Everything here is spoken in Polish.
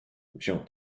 wziął